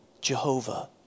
Jehovah